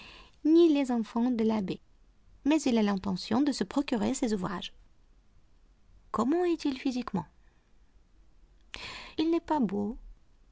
ni les enfants de l'abbaye mais il a l'intention de se procurer ces ouvrages comment est-il physiquement il n'est pas beau